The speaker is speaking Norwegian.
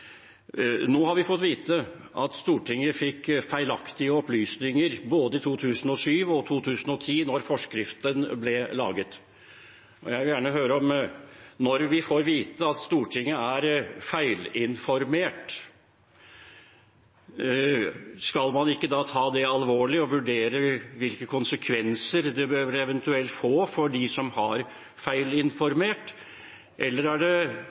Nå har vi fått vite at Stortinget fikk feilaktige opplysninger både i 2007 og i 2010 da forskriften ble laget. Når vi får vite at Stortinget er feilinformert, skal man ikke ta det alvorlig og vurdere hvilke konsekvenser det eventuelt bør få for dem som eventuelt har feilinformert, eller er det